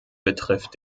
betrifft